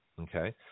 Okay